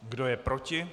Kdo je proti?